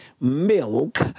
milk